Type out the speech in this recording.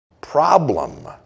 Problem